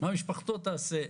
מה משפחתו תעשה?